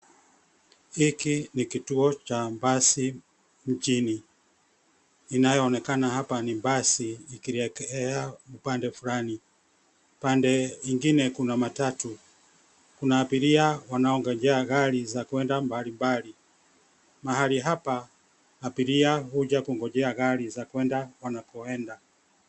Hiki ni kituo cha basi mjini. Inayoonekana hapa ni basi ikielekea upande fulani. Upande mwingine kuna matatu. Kuna abiria wanaongojea gari za kuenda mbalimbali. Mahali hapa, abiria huja kungojea gari za kuenda wanakoenda.